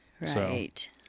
Right